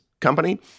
company